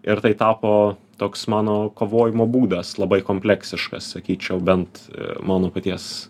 ir tai tapo toks mano kovojimo būdas labai kompleksiškas sakyčiau bent mano paties